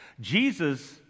Jesus